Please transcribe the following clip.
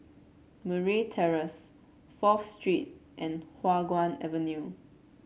Murray Terrace Fourth Street and Hua Guan Avenue